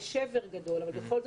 יש שבר גדול אבל בכל זאת,